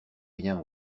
rien